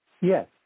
yes